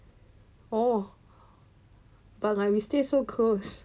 orh but like we stay so close